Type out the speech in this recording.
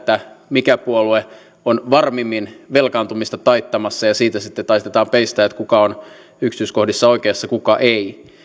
mikä puolue on varmimmin velkaantumista taittamassa ja siitä sitten taitetaan peistä kuka on yksityiskohdissa oikeassa kuka ei